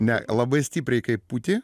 ne labai stipriai kaip pūti